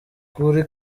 kuri